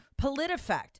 PolitiFact